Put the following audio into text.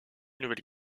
nouvelle